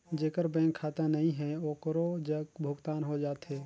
जेकर बैंक खाता नहीं है ओकरो जग भुगतान हो जाथे?